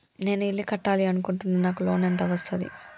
నేను ఇల్లు కట్టాలి అనుకుంటున్నా? నాకు లోన్ ఎంత వస్తది?